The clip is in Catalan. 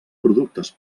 productes